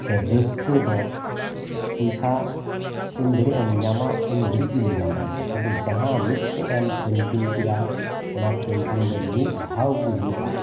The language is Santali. ᱥᱮ ᱨᱟᱹᱥᱠᱟᱹ ᱫᱚ ᱯᱚᱭᱥᱟ ᱛᱤᱱ ᱜᱷᱟᱹᱲᱤᱡ ᱮᱢ ᱧᱟᱢᱟ ᱩᱱᱜᱷᱟᱲᱤᱡ ᱜᱮᱢ ᱧᱟᱢᱟ ᱠᱤᱱᱛᱩ ᱡᱟᱦᱟᱸ ᱢᱤᱜᱴᱮᱡ ᱮᱢ ᱯᱮᱱᱴᱤᱝ ᱠᱮᱫᱟ ᱚᱱᱟ ᱯᱮᱱᱴᱤᱝ ᱫᱚ ᱢᱤᱫ ᱫᱷᱟᱣ ᱜᱮ ᱦᱩᱭᱩᱜᱼᱟ